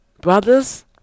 Brothers